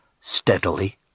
steadily